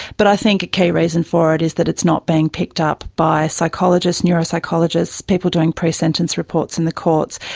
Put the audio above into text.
but i think a key reason for it is that it's not being picked up by psychologists, neuropsychologists, people doing presentence reports in the courts.